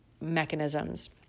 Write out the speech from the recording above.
mechanisms